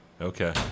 Okay